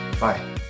Bye